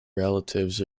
relatives